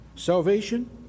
salvation